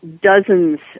dozens